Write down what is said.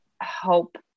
help